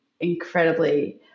incredibly